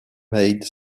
made